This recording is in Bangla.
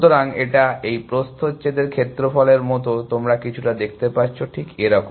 সুতরাং এটা এই প্রস্থচ্ছেদের ক্ষেত্রফলের মতো তোমরা কিছুটা দেখতে পাচ্ছ ঠিক এরকম